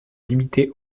limiter